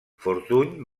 fortuny